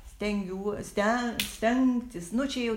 stengiuo sten stengtis nu čia jau